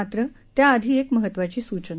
मात्र त्याआधी एक महत्त्वाची सूचना